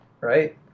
right